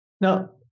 Now